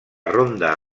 ronda